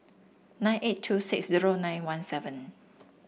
nine eight two six zero nine one seven